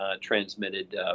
transmitted